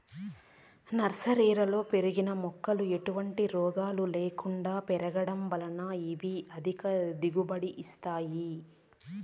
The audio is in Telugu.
నర్సరీలలో పెరిగిన మొక్కలు ఎటువంటి రోగము లేకుండా పెరగడం వలన ఇవి అధిక దిగుబడిని ఇస్తాయి